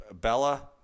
Bella